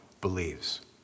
believes